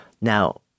Now